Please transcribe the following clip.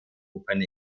open